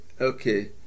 Okay